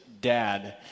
dad